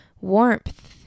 warmth